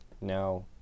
Now